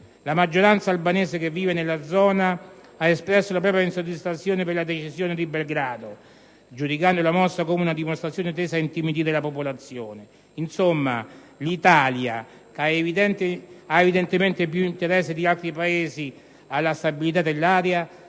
La maggioranza albanese che vive nella zona ha espresso la propria insoddisfazione per la decisione di Belgrado, giudicando la mossa come una dimostrazione tesa ad intimidire la popolazione. Insomma, l'Italia, che evidentemente ha più interesse di altri Paesi alla stabilità dell'area,